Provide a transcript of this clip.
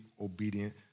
obedient